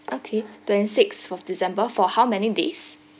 okay twenty sixth of december for how many days